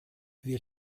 wir